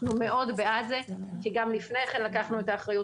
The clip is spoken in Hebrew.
אנחנו מאוד בעד זה כי גם לפני כן לקחנו את האחריות